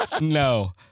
No